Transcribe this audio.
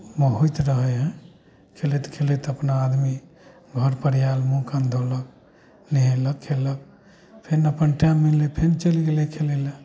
मे होइत रहै हइ खेलैत खेलैत अपना आदमी घर पर आयल मुँह कान धोलक नेहेलक खेलक फेर अपन टाइम मिललै फेर चलि गेलै खेलै लए